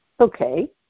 Okay